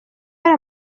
hari